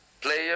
player